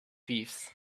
thieves